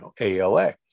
ALA